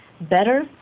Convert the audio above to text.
better